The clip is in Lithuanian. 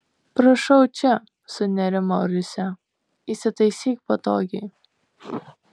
prašau čia sunerimo risia įsitaisyk patogiai